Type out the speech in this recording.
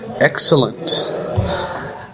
Excellent